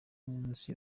munsi